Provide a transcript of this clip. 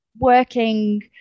working